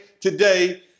today